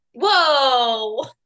whoa